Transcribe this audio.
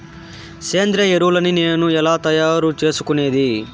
సేంద్రియ ఎరువులని నేను ఎలా తయారు చేసుకునేది?